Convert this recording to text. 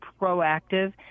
proactive